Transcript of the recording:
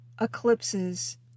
eclipses